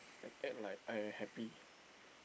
and act like I am happy